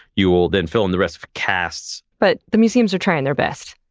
you will then fill in the rest with casts. but, the museums are trying their best.